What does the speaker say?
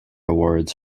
awards